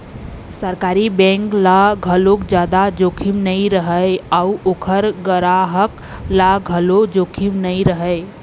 सरकारी बेंक ल घलोक जादा जोखिम नइ रहय अउ ओखर गराहक ल घलोक जोखिम नइ रहय